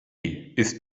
ist